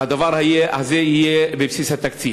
והדבר הזה יהיה בבסיס התקציב.